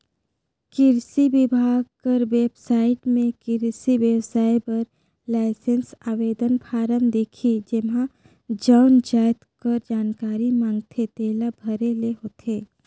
किरसी बिभाग कर बेबसाइट में किरसी बेवसाय बर लाइसेंस आवेदन फारम दिखही जेम्हां जउन जाएत कर जानकारी मांगथे तेला भरे ले होथे